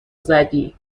زدی